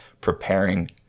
preparing